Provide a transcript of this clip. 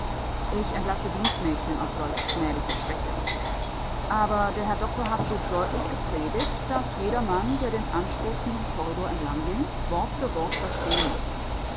ich entlasse dienstmädchen ob solch schmählicher schwäche aber der herr doktor hat so deutlich gepredigt daß jedermann der den anstoßenden korridor entlang ging wort für wort verstehen mußte